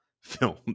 film